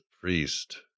priest